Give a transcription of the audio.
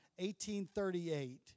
18.38